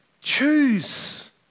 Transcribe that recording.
Choose